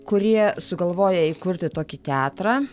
kurie sugalvoja įkurti tokį teatrą